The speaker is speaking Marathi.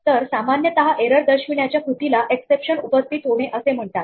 तर सामान्यतः एरर दर्शविण्याच्या कृतीला एक्सेप्शन उपस्थित होणे असे म्हणतात